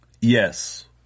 Yes